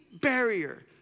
barrier